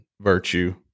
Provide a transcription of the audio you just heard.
virtue